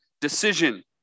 decision